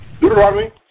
Deuteronomy